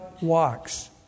walks